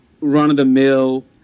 run-of-the-mill